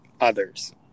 others